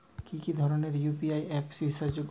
কি কি ধরনের ইউ.পি.আই অ্যাপ বিশ্বাসযোগ্য?